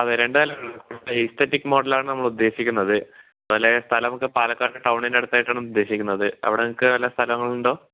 അതെ എന്തയാലും എസ്തെറ്റിക്ക് മോഡലാണ് നമ്മൾ ഉദേശിക്കുന്നത് എന്നാലേ സ്ഥലം നമുക്ക് പാലക്കാട് ടൗണിന് അടുത്തായിട്ടാണ് ഉദേശിക്കുന്നത് അവിടെ നിങ്ങൾക്ക് വല്ല സ്ഥലങ്ങൾ ഉണ്ടോ